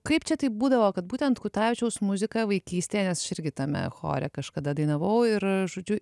kaip čia taip būdavo kad būtent kutavičiaus muzika vaikystėje nes aš irgi tame chore kažkada dainavau ir žodžiu